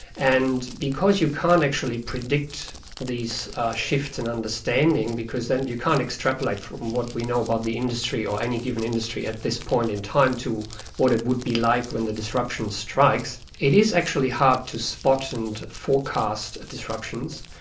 and because you can't actually predict these shifts in and understanding because you can't extrapolate from what we know about the industry or any given industry at this point in time to what it would be like when the disruption strikes, it is actually hard to spot and forecast disruptions.